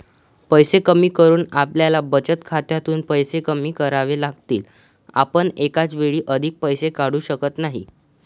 पैसे कमी करून आपल्याला बचत खात्यातून पैसे कमी करावे लागतील, आपण एकाच वेळी अधिक पैसे काढू शकत नाही